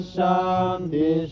Shanti